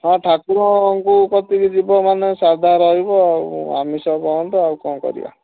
ହଁ ଠାକୁରଙ୍କ କତିକି ଯିବ ମାନେ ସାଧା ରହିବ ଆଉ ଆମିଷ ବନ୍ଦ ଆଉ କ'ଣ କରିବା